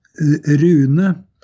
rune